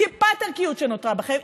טיפת הערכיות שנותרה בכם,